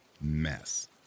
mess